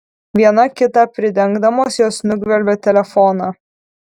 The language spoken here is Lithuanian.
viena kitą pridengdamos jos nugvelbė telefoną